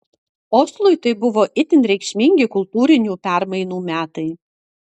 oslui tai buvo itin reikšmingi kultūrinių permainų metai